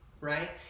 right